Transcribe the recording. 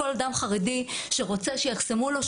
כל אדם חרדי שרוצה שיחסמו לו,